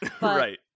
Right